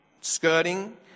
skirting